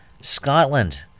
Scotland